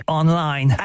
online